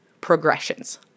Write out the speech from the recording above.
progressions